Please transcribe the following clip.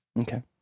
Okay